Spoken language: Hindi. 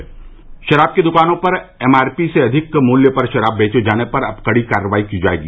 र्ष में से शराब की दुकानों पर एम आर पी से अधिक मूल्य पर शराब बेचे जाने पर अब कड़ी कार्रवाई की जायेगी